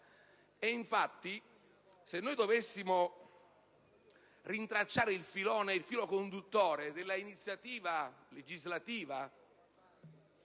infatti, dovessimo rintracciare il filo conduttore dell'iniziativa legislativa